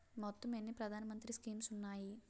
మొత్తం ఎన్ని ప్రధాన మంత్రి స్కీమ్స్ ఉన్నాయి?